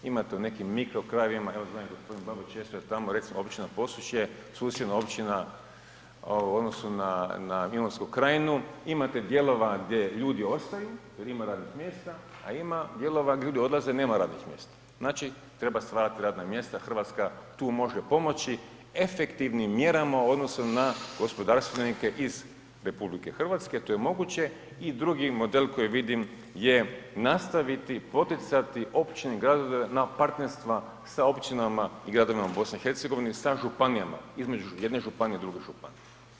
Imate u nekim mikro krajevima, evo zna i g. Babić, često je tamo, recimo općina Posušje susjedna općina u odnosu na Milansku krajinu imate dijelova gdje ljudi ostaju jer ima radnih mjesta, a ima dijelova gdje ljudi odlaze nema radnih mjesta, znači treba stvarati radna mjesta, RH tu može pomoći efektivnim mjerama u odnosu na gospodarstvenike iz RH, to je moguće i drugi model koji vidim je nastaviti poticati općine i gradove na partnerstva sa općinama i gradovima u BiH, sa županijama, između jedne županije i druge županije.